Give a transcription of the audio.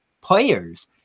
players